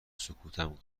سکوتم